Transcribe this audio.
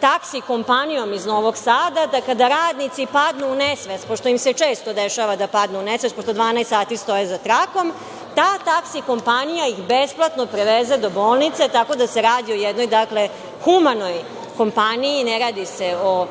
taksi kompanijom iz Novog Sada, da kada radnici padnu u nesvest, pošto im se često dešava da padnu u nesvest, pošto 12 sati stoje za trakom, ta taksi kompanija ih besplatno preveze do bolnice tako da se radi o jednoj humanoj kompaniji, ne radi se o